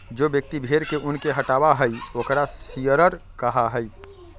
जो व्यक्ति भेड़ के ऊन के हटावा हई ओकरा शियरर कहा हई